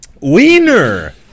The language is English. Wiener